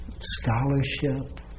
scholarship